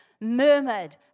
murmured